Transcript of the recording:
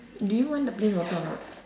do you want the plain water or not